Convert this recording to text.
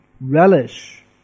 relish